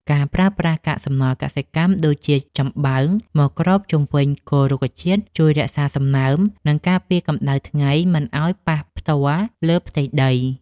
ការប្រើប្រាស់កាកសំណល់កសិកម្មដូចជាចំបើងមកគ្របជុំវិញគល់រុក្ខជាតិជួយរក្សាសំណើម និងការពារកម្តៅថ្ងៃមិនឱ្យប៉ះផ្ទាល់លើផ្ទៃដី។